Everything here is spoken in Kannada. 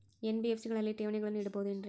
ಎನ್.ಬಿ.ಎಫ್.ಸಿ ಗಳಲ್ಲಿ ಠೇವಣಿಗಳನ್ನು ಇಡಬಹುದೇನ್ರಿ?